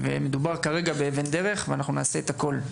מדובר כרגע באבן דרך ואנחנו נעשה הכול.